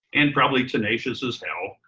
and probably tenacious as hell.